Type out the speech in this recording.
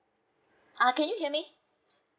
uh can you hear me